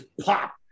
pop